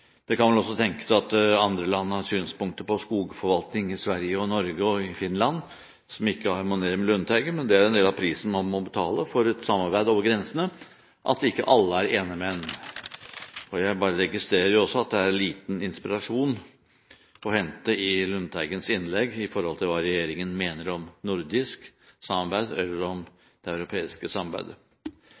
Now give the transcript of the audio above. Det kan vel også tenkes at noen land har synspunkter på skogforvaltningen i Sverige, i Norge og i Finland som ikke harmonerer med Lundteigens, men en del av prisen man må betale for et samarbeid over grensene, er at ikke alle er enig med en. Jeg registrerer også at det er liten inspirasjon å hente i Lundteigens innlegg når det gjelder hva regjeringen mener om nordisk samarbeid eller om det europeiske samarbeidet.